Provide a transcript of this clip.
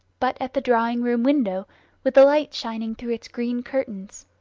but at the drawing-room window with the light shining through its green curtains.